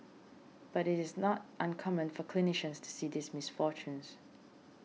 but it is not uncommon for clinicians to see these misfortunes